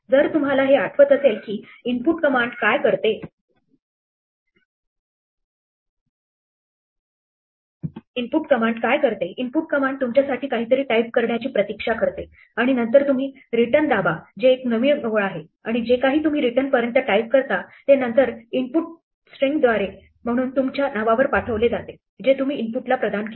जर तुम्हाला हे आठवत असेल की इनपुट कमांड काय करते इनपुट कमांड तुमच्यासाठी काहीतरी टाइप करण्याची प्रतीक्षा करते आणि नंतर तुम्ही रिटर्न दाबा जे एक नवीन ओळ आहे आणि जे काही तुम्ही रिटर्न पर्यंत टाइप करता ते नंतर इनपुटद्वारे स्ट्रिंग म्हणून तुमच्या नावावर पाठवले जाते जे तुम्ही इनपुटला प्रदान केले